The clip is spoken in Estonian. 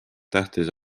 tähtis